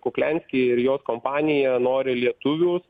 kuklianski ir jos kompanija nori lietuvius